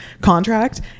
contract